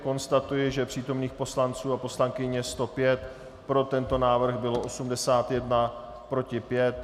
Konstatuji, že přítomných poslanců a poslankyň je 105, pro tento návrh bylo 81, proti 5.